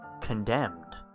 Condemned